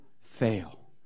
fail